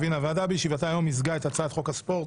החינוך, התרבות והספורט.